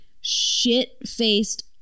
shit-faced